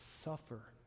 suffer